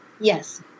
Yes